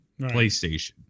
PlayStation